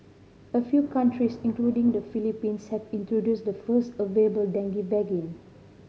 a few countries including the Philippines have introduced the first available dengue